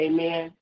Amen